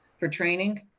for training